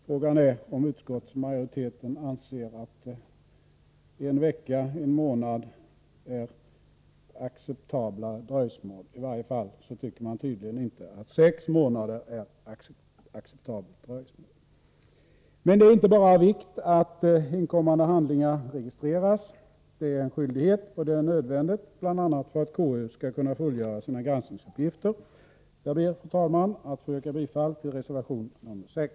Frågan är om utskottsmajoriteten anser att en vecka eller en månad är acceptabla dröjsmål. I varje fall tycker man tydligen inte att sex månader är ett acceptabelt dröjsmål. Men det är inte bara av vikt att inkommande handlingar registreras. Det är en skyldighet, och det är nödvändigt bl.a. för att KU skall kunna fullgöra sina granskningsuppgifter. Fru talman! Jag ber att få yrka bifall till reservation nr 6.